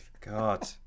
God